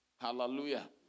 Hallelujah